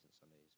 Sundays